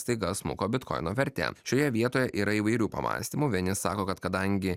staiga smuko bitkoino vertė šioje vietoje yra įvairių pamąstymų vieni sako kad kadangi